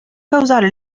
causare